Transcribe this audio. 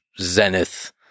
zenith